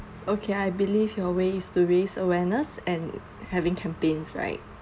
okay I believe your ways to raise awareness and having campaigns right